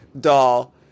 doll